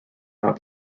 not